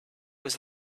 was